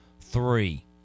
three